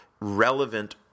relevant